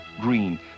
green